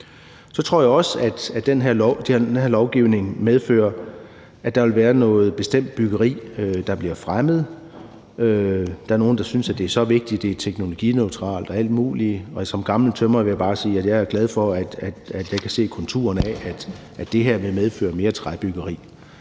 Så tror jeg også, at den her lovgivning medfører, at der vil være en bestemt slags byggeri, der bliver fremmet. Der er nogle, der synes, at det er meget vigtigt, at det er teknologineutralt og alt mulig andet, men som gammel tømrer vil jeg bare sige, at jeg er glad for, at jeg kan se konturerne af, at det her vil medføre mere træbyggeri,